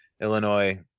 Illinois